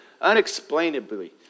Unexplainably